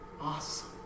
awesome